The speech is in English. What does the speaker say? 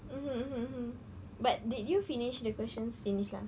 mmhmm hmm but did you finish the questions finish lah